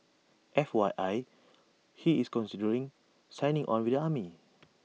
F Y I he's considering signing on with the army